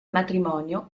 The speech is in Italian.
matrimonio